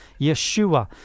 Yeshua